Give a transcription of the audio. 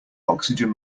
oxygen